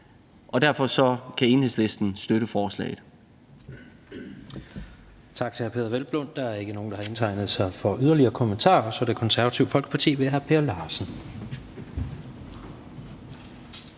Derfor kan Enhedslisten støtte forslaget.